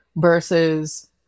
versus